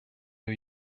new